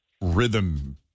rhythm